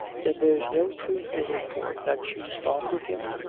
then there's no truth in the report that she's fond of him?